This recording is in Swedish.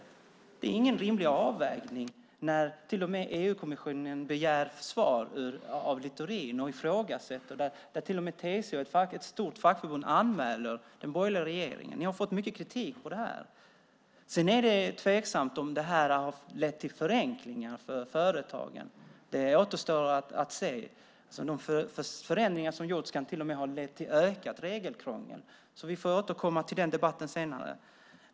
Det är inte fråga om någon rimlig avvägning när till och med EU-kommissionen begär svar av Littorin och ifrågasätter det hela och när ett stort fackförbund som TCO anmäler den borgerliga regeringen. Ni har fått mycket kritik för detta. Det är tveksamt om förändringarna lett till förenklingar för företagen. Det återstår att se. De förändringar som gjorts kan till och med ha lett till ökat regelkrångel. Vi får alltså återkomma till den debatten senare.